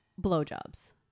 blowjobs